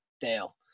Dale